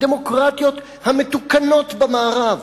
הדמוקרטיות המתוקנות במערב